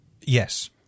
Yes